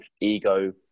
ego